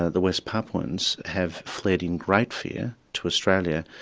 ah the west papuans, have fled in great fear to australia,